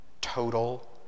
total